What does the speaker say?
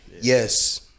Yes